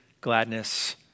gladness